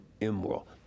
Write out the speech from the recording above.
immoral